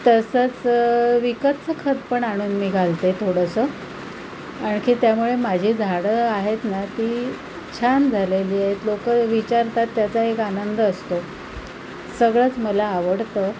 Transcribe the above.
तसंच विकतचं खत पण आणून मी घालते थोडंसं आणखी त्यामुळे माझी झाडं आहेत ना ती छान झालेली आहेत लोक विचारतात त्याचा एक आनंद असतो सगळंच मला आवडतं